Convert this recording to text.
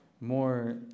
more